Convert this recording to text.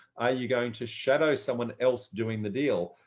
are you going to shadow someone else doing the deal?